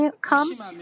come